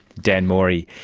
dan mori.